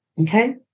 Okay